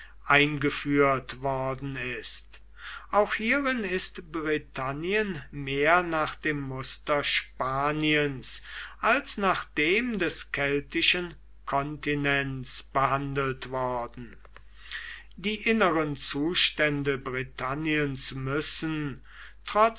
eingeführt worden ist auch hierin ist britannien mehr nach dem muster spaniens als nach dem des keltischen kontinents behandelt worden die inneren zustände britanniens müssen